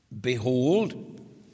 Behold